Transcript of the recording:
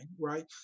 right